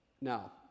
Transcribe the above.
Now